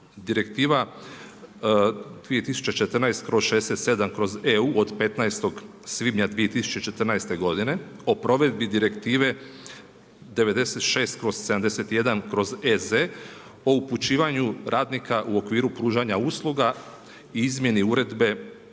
Direktiva 2014/67/EU od 15. svibnja 2014. godine o provedbi Direktive 96/71/EZ o upućivanju radnika u okviru pružanja usluga i izmjeni Uredbe